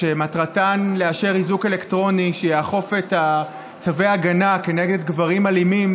שמטרתן לאשר איזוק אלקטרוני לאכיפת צווי ההגנה כנגד גברים אלימים,